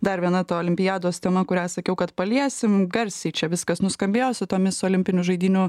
dar viena ta olimpiados tema kurią sakiau kad paliesim garsiai čia viskas nuskambėjo su tomis olimpinių žaidynių